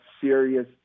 serious